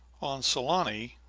on saloni,